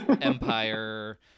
empire